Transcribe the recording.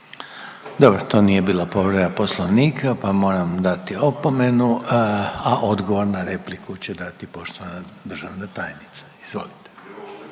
Dobro to nije bila povreda Poslovnika pa moram dati opomenu, a odgovor na repliku će dati poštovana državna tajnica. Izvolite.